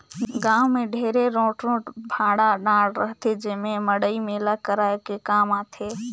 गाँव मे ढेरे रोट रोट भाठा डाँड़ रहथे जेम्हे मड़ई मेला कराये के काम आथे